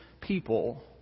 people